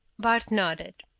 bart nodded.